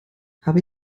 habe